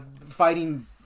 fighting